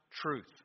truth